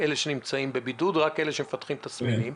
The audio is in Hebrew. חוץ מאלה שמפתחים תסמינים.